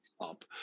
up